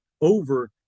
over